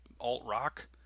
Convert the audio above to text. alt-rock